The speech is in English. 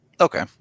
Okay